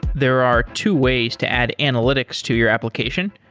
there are two ways to add analytics to your application,